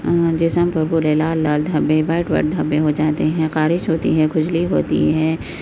جسم پر پورے لال لال دھبے وائٹ وائٹ دھبے ہوجاتے ہیں خارش ہوتی ہے کھجلی ہوتی ہے